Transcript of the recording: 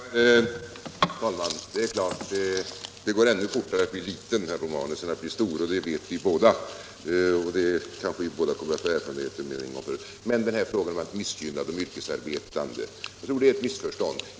Herr talman! Det är klart. Det går ännu fortare att bli liten, herr Romanus, än att bli stor. Det vet vi båda, och det kanske vi båda kommer att få erfara mer än en gång. Jag tror att herr Romanus uppfattning att vårt förslag skulle missgynna de yrkesarbetande bygger på ett missförstånd.